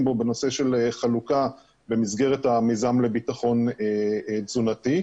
בו בנושא של חלוקה במסגרת המיזם לביטחון תזונתי,